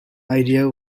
idea